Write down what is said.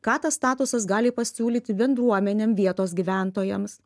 ką tas statusas gali pasiūlyti bendruomenėm vietos gyventojams